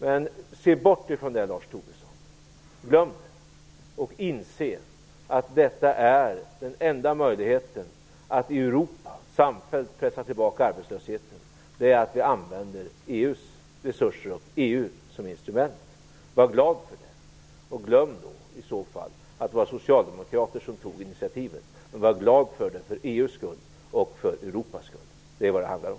Men se bort ifrån detta, Lars Tobisson. Glöm det, och inse att den enda möjligheten att i Europa samfällt pressa tillbaka arbetslösheten är att vi använder EU:s resurser och EU som instrument. Var glad för det, och glöm då i så fall att det var socialdemokrater som tog initiativet. Men var glad för det för EU:s skull och för Europas skull. Det är vad det handlar om.